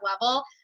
level